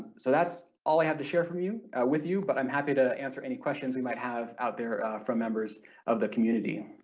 so that's all i have to share from you with you but i'm happy to answer any questions we might have out there from members of the community.